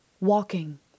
walking